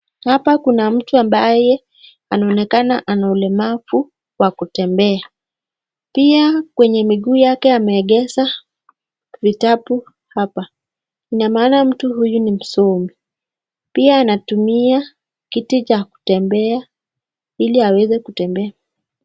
Hapa kuna mtu ambaye anaonekana ana ulemavu wa kutembea. Pia kwenye miguu yake ameegesha vitabu hapa. Ina maana mtu huyu ni msomi. Pia anatumia kiti cha kutembea ili aweze kutembea.